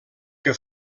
que